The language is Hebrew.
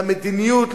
למדיניות,